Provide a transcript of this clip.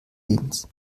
lebens